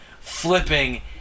flipping